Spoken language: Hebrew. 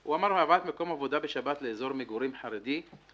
הוא אמר: "הבאת מקום עבודה בשבת לאזור מגורים חרדי היא